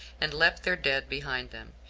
and left their dead behind them,